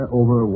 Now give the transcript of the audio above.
over